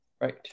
Right